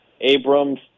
Abrams